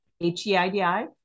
h-e-i-d-i